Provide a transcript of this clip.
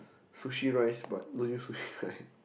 sushi rice but don't use sushi right